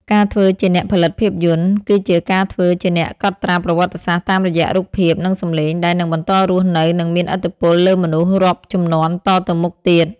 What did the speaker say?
ការធ្វើជាអ្នកផលិតភាពយន្ត គឺជាការធ្វើជាអ្នកកត់ត្រាប្រវត្តិសាស្ត្រតាមរយៈរូបភាព និងសំឡេង ដែលនឹងបន្តរស់នៅ និងមានឥទ្ធិពលលើមនុស្សរាប់ជំនាន់តទៅមុខទៀត។